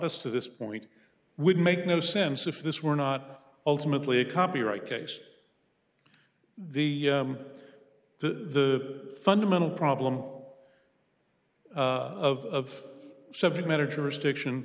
us to this point would make no sense if this were not ultimately a copyright case the the fundamental problem of subject matter jurisdiction